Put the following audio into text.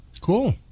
Cool